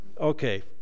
Okay